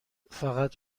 فقط